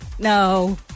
No